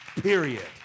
Period